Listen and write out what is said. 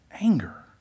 Anger